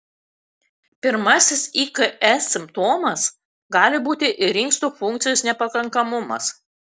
pirmasis iks simptomas gali būti ir inkstų funkcijos nepakankamumas